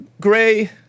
gray